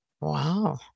Wow